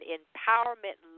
empowerment